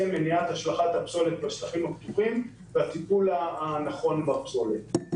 השלכת הפסולת בשטחים הפתוחים והטיפול הנכון בפסולת.